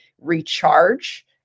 recharge